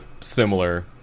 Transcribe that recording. similar